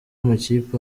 amakipe